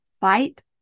fight